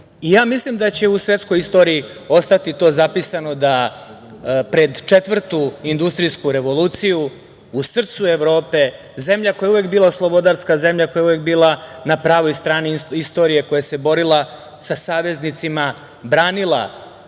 ja mislim da će u svetskoj istoriji ostati to zapisano da pred četvrtu industrijsku revoluciju, u srcu Evrope, zemlja koja je uvek bila slobodarska zemlja, koja je uvek bila na pravoj strani istorije, koja se borila sa saveznicima, branila